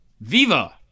Viva